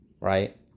right